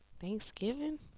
Thanksgiving